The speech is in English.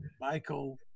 Michael